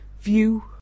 view